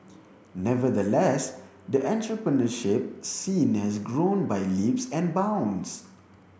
nevertheless the entrepreneurship scene has grown by leaps and bounds